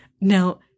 Now